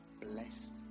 blessed